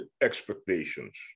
expectations